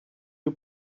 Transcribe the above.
you